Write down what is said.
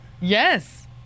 Yes